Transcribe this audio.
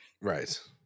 Right